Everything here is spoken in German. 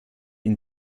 ihn